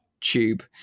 tube